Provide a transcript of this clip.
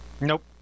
Nope